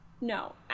No